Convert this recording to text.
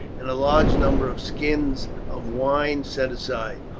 and a large number of skins of wine set aside.